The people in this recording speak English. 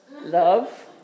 Love